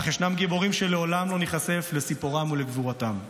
אך יש גיבורים שלעולם לא ניחשף לסיפורם ולגבורתם.